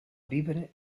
vivere